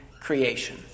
creation